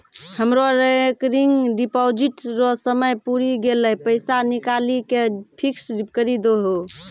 हमरो recurring deposit रो समय पुरी गेलै पैसा निकालि के फिक्स्ड करी दहो